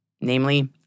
Namely